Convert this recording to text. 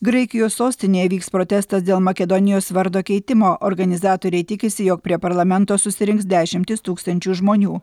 graikijos sostinėje vyks protestas dėl makedonijos vardo keitimo organizatoriai tikisi jog prie parlamento susirinks dešimtys tūkstančių žmonių